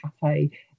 cafe